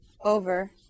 over